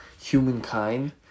humankind